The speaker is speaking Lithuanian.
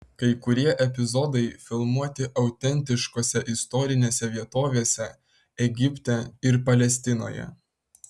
kai kurie epizodai filmuoti autentiškose istorinėse vietovėse egipte ir palestinoje